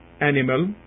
animal